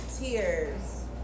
tears